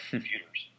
computers